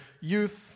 youth